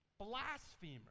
Blasphemer